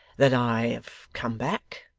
that i have come back,